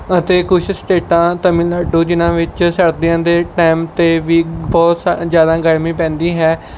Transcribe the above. ਅਤੇ ਕੁਛ ਸਟੇਟਾਂ ਤਮਿਲਨਾਡੂ ਜਿਨ੍ਹਾਂ ਵਿੱਚ ਸਰਦੀਆਂ ਦੇ ਟਾਈਮ 'ਤੇ ਵੀ ਬਹੁਤ ਸਾ ਜ਼ਿਆਦਾ ਗਰਮੀ ਪੈਂਦੀ ਹੈ